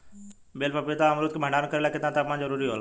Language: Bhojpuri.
बेल पपीता और अमरुद के भंडारण करेला केतना तापमान जरुरी होला?